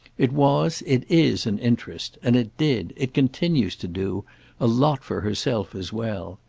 it was, it is, an interest, and it did it continues to do a lot for herself as well.